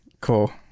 cool